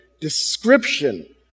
description